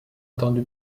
attendu